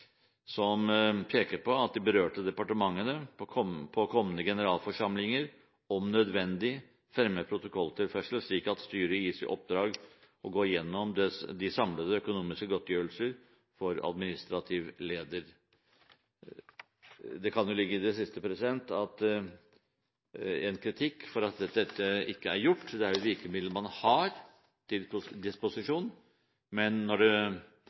som peker på at de berørte departementene på kommende generalforsamlinger om nødvendig fremmer protokolltilførsel, slik at styret gis i oppdrag å gå gjennom de samlede økonomiske godtgjørelser for administrativ leder. Det kan i det siste ligge en kritikk for at dette ikke er gjort. Det er jo et virkemiddel man har til disposisjon, men når det